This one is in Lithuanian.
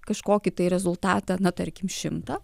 kažkokį tai rezultatą na tarkim šimtą